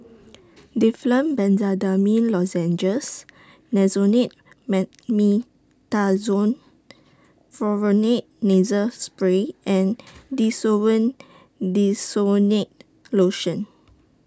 Difflam Benzydamine Lozenges Nasonex Mometasone Nasal Spray and Desowen Desonide Lotion